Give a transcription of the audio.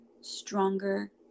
stronger